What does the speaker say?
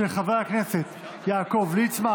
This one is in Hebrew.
של חבר הכנסת יעקב ליצמן.